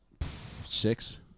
six